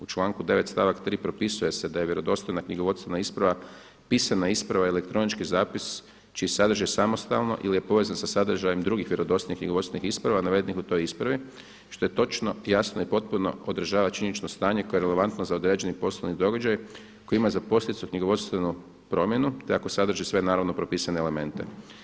U članku 9. stavak 3. propisuje se da je vjerodostojna knjigovodstvena isprava pisana isprava i elektronički zapis čiji sadržaj samostalno ili je povezan sa sadržajem drugih vjerodostojnih knjigovodstvenih isprava navedenih u toj ispravi što je točno i jasno i potpuno održava činjenično stanje koje je relevantno za određeni poslovni događaj koji ima za posljedicu knjigovodstvenu promjenu, te ako sadrži sve naravno propisane elemente.